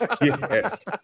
Yes